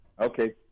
okay